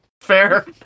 Fair